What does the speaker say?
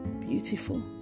Beautiful